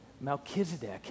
Melchizedek